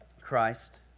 Christ